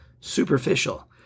superficial